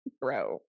bro